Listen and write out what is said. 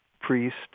priest